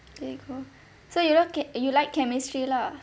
okay cool so you lo~ che~ you like chemistry lah